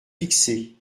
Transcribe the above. fixée